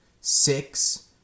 Six